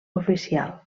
oficial